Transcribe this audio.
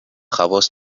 خواص